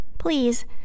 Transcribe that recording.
Please